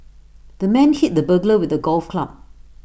the man hit the burglar with A golf club